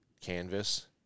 canvas